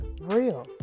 real